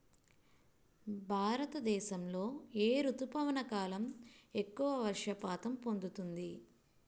భారతదేశంలో ఏ రుతుపవన కాలం ఎక్కువ వర్షపాతం పొందుతుంది?